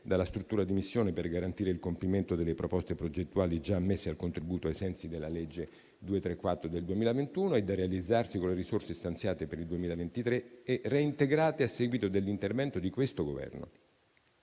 dalla struttura di missione per garantire il compimento delle proposte progettuali già ammesse al contributo ai sensi della legge n. 234 del 2021 e da realizzarsi con le risorse stanziate per il 2023 e reintegrate a seguito dell'intervento di questo Governo.